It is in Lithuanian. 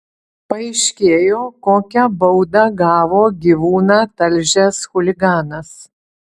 paaiškėjo kokią baudą gavo gyvūną talžęs chuliganas